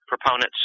proponents